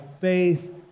faith